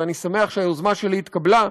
ואני שמח שהיוזמה שלי התקבלה,